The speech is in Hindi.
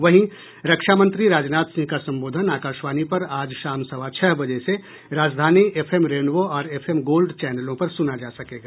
वहीं रक्षामंत्री राजनाथ सिंह का संबोधन आकाशवाणी पर आज शाम सवा छह बजे से राजधानी एफ एम रेनबो और एफ एम गोल्ड चैनलों पर सुना जा सकेगा